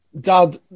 Dad